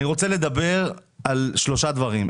אני רוצה לדבר על שלושה דברים.